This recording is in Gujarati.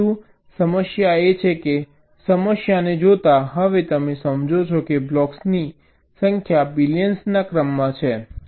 પરંતુ સમસ્યા એ છે કે સમસ્યાને જોતાં હવે તમે સમજો છો કે બ્લોક્સની સંખ્યા બિલિયન્સ ના ક્રમમાં છે